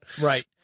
Right